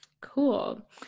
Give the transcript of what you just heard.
cool